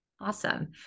Awesome